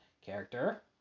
character